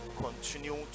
continue